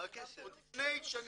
לפני שנים.